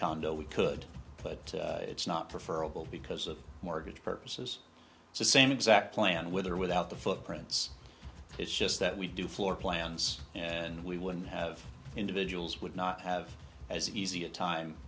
condo we could but it's not prefer robel because of mortgage purposes same exact plan with or without the footprints it's just that we do floor plans and we wouldn't have individuals would not have as easy a time